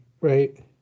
right